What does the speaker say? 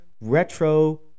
retro